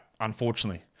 unfortunately